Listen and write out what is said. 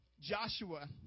Joshua